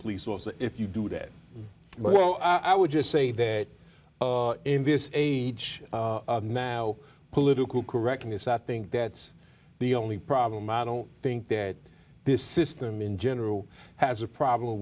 police officer if you do that well i would just say that in this age of now political correctness i think that's the only problem i don't think that this system in general has a problem